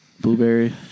Blueberry